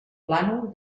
plànol